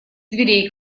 дверей